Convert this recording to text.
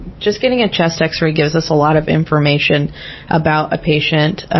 just getting a chest x-ray gives us a lot of information about a patient,